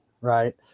Right